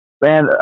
Man